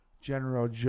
General